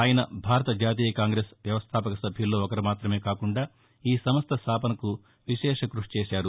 ఆయన భారత జాతీయ కాంగ్రెస్ వ్యవస్థాపక సభ్యుల్లో ఒకరు మాతమే కాకుండా ఈ సంస్థ స్థాపనకు విశేషకృషి చేశారు